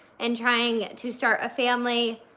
and trying to start a family,